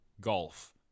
golf